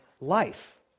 Life